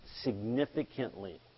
significantly